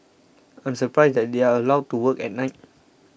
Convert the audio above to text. I'm surprised that they are allowed to work at night